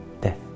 death